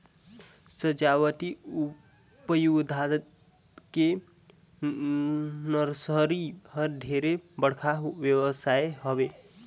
सजावटी पउधा के नरसरी ह ढेरे बड़का बेवसाय हवे